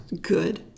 Good